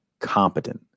competent